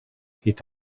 thought